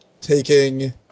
taking